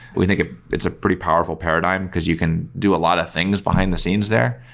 we think ah it's a pretty powerful paradigm, because you can do a lot of things behind the scenes there,